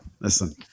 Listen